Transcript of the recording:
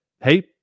hey